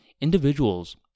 individuals